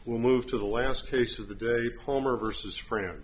will move to the last case of the day homer versus france